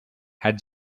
had